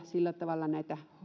sillä tavalla näitä